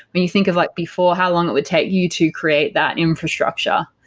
when you think of like before how long it would take you to create that infrastructure.